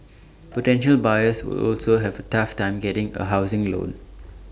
potential buyers will also have A tough time getting A housing loan